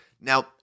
Now